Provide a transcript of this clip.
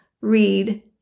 read